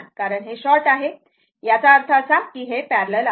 कारण हे शॉर्ट आहे याचा अर्थ असा की हे पॅरलल आहेत